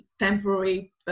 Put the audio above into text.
temporary